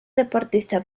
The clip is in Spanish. deportista